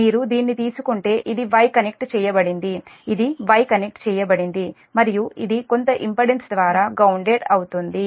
మీరు దీన్ని తీసుకుంటే ఇది Y కనెక్ట్ చేయబడింది ఇది Y కనెక్ట్ చేయబడింది మరియు ఇది కొంత ఇంపెడెన్స్ ద్వారా గ్రౌన్దేడ్ అవుతుంది